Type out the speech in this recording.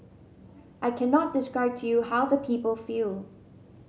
I cannot describe to you how the people feel